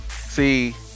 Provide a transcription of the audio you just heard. see